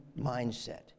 mindset